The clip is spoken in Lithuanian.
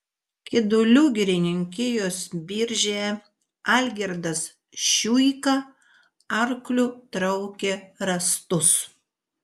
kidulių girininkijos biržėje algirdas šiuika arkliu traukė rąstus